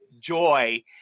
joy